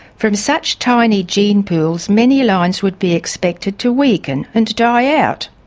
from such tiny gene pools many lines would be expected to weaken and die out.